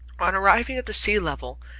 on arriving at the sea-level,